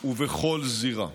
ובכל זירה.